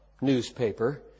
newspaper